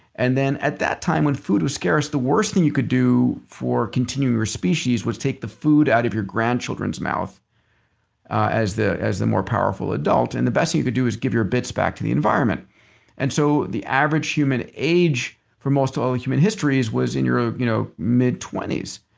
and then at that time when food was scarce the worst thing you could do for continuing for species was take the food out of your grandchildren's mouth as the as the more powerful adult and the best thing you could do is give your bits back to the environment and so the average human age for most of all human histories was in your you know midtwenties.